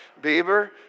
Bieber